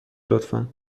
لطفا